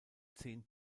zehn